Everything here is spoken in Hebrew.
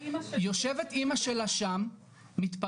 יושבת אימא שלה שם מתפרקת,